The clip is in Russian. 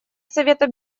совета